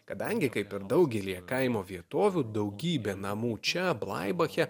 kadangi kaip ir daugelyje kaimo vietovių daugybė namų čia blaibache